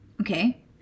Okay